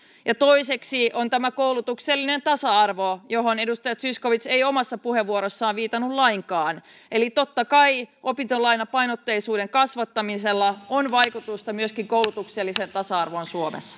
toiseksi on tämä koulutuksellinen tasa arvo johon edustaja zyskowicz ei omassa puheenvuorossaan viitannut lainkaan totta kai opintolainapainotteisuuden kasvattamisella on vaikutusta myöskin koulutukselliseen tasa arvoon suomessa